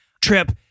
trip